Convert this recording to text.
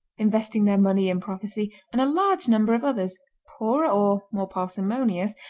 investing their money in prophecy, and a large number of others, poorer or more parsimonious,